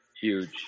huge